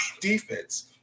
defense